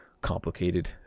complicated